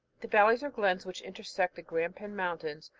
the valleys, or glens, which intersect the grampian mountains,